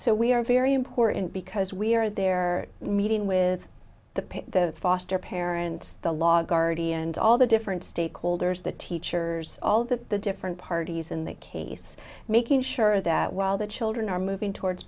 so we are very important because we are there meeting with the foster parents the law guardian and all the different stakeholders the teachers all the different parties in that case making sure that while the children are moving towards